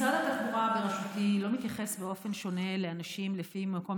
משרד התחבורה בראשותי לא מתייחס באופן שונה לאנשים לפי מקום